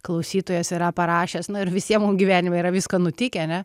klausytojas yra parašęs nu ir visiem mum gyvenime yra visko nutikę ane